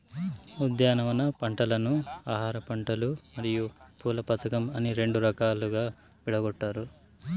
ఉద్యానవన పంటలను ఆహారపంటలు మరియు పూల పంపకం అని రెండు రకాలుగా విడగొట్టారు